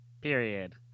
period